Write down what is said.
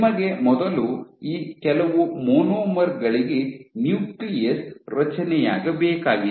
ನಿಮಗೆ ಮೊದಲು ಈ ಕೆಲವು ಮಾನೋಮರ್ ಗಳಿಗೆ ನ್ಯೂಕ್ಲಿಯಸ್ ರಚನೆಯಾಗಬೇಕಾಗಿದೆ